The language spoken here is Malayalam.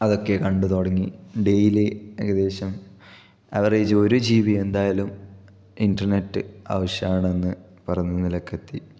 അതൊക്കെ കണ്ട് തുടങ്ങി ഡെയിലി ഏകദേശം ആവറേജ് ഒരു ജി ബി എന്തായാലും ഇൻറ്റർനെറ്റ് ആവശ്യമാണെന്ന് പറഞ്ഞ നിലയ്ക്ക് എത്തി